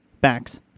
backs